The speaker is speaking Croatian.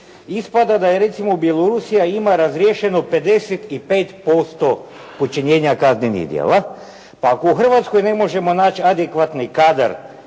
ispada da je recimo Bjelorusija ima razriješeno 55% počinjenja kaznenih djela. Pa ako u Hrvatskoj ne možemo naći adekvatni kadar